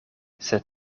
sed